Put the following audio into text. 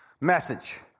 message